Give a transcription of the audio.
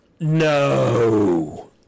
No